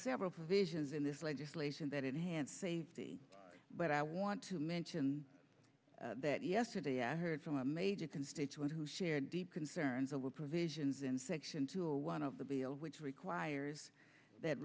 several provisions in this legislation that enhance safety but i want to mention that yesterday i heard from a major constituent who share deep concerns over provisions in section two or one of the bill which requires that